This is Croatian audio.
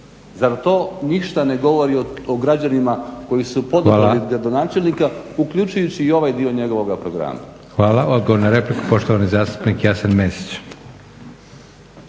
Zar to ništa ne govori o građanima koji su podržali gradonačelnika uključujući i ovaj dio njegovoga programa? **Leko, Josip (SDP)** Hvala. Odgovor na repliku, poštovani zastupnik Jasen Mesić.